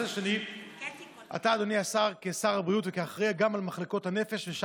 משרד הרווחה מפעיל 300 מפעלים